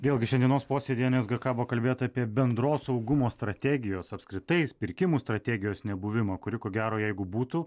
vėlgi šiandienos posėdyje nsgk buvo kalbėta apie bendros saugumo strategijos apskritai pirkimų strategijos nebuvimą kuri ko gero jeigu būtų